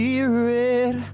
Spirit